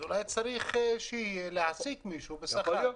אולי צריך להעסיק מישהו בשכר.